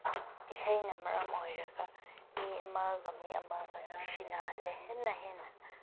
ꯏꯁꯩꯅ ꯃꯔꯝ ꯑꯣꯏꯔꯒ ꯃꯤ ꯑꯃꯒ ꯃꯤ ꯑꯃꯒ ꯅꯨꯡꯁꯤꯅꯍꯜꯂꯦ ꯍꯦꯟꯅ ꯍꯦꯟꯅ